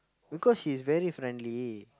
because she's very friendly